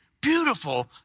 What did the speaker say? beautiful